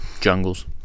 jungles